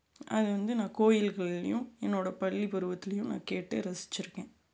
அது வந்து நான் கோயில்கள்லையும் என்னோட பள்ளிப்பருவத்திலையும் நான் கேட்டு ரசித்திருக்கேன்